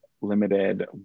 limited